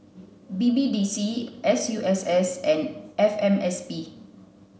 B B D C S U S S and F M S B